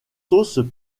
sauces